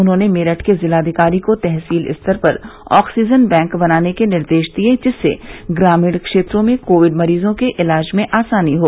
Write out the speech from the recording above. उन्होंने मेरठ के जिलाधिकारी को तहसील स्तर पर ऑक्सीजन बैंक बनाने के निर्देश दिये जिससे ग्रामीण क्षेत्रों में कोविड मरीजों के इलाज में आसानी हो